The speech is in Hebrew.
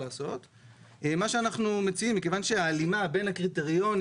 מה שאנחנו מציעים מכיוון שההלימה בין הקריטריונים